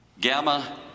gamma